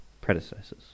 predecessors